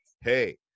hey